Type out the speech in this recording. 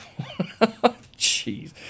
Jeez